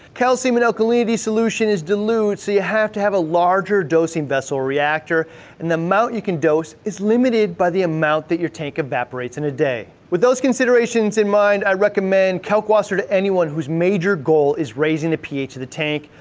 calcium and alkalinity solution is diluted so you have to have a larger dosing vessel reactor and the amount you can dose is limited by the amount that your tank evaporates in a day. with those considerations in mind, i recommend kalkwasswer to anyone, whose major goal is raising the ph of the tank,